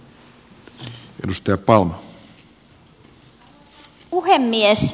arvoisa puhemies